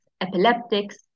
epileptics